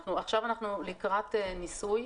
עכשיו אנחנו לקראת ניסוי